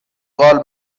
قال